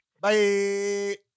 Bye